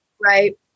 Right